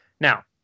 Now